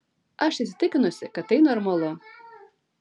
aš įsitikinusi kad tai normalu